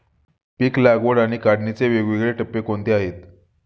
पीक लागवड आणि काढणीचे वेगवेगळे टप्पे कोणते आहेत?